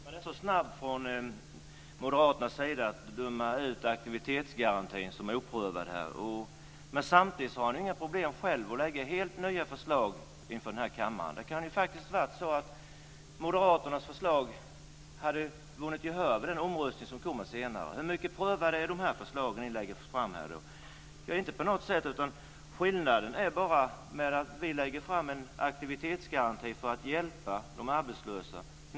Fru talman! Man är så snabb från Moderaternas sida med att döma ut aktivitetsgarantin, som är oprövad. Samtidigt har ni inga problem själva med att lägga fram helt nya förslag inför den här kammaren. Moderaternas förslag skulle faktiskt kunna vinna gehör vid den omröstning som kommer senare. Hur väl prövade är de förslag som ni lägger fram? De är inte prövade på något sätt. Skillnaden är bara att vi lägger fram en aktivitetsgaranti för att hjälpa de arbetslösa.